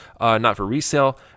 not-for-resale